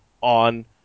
on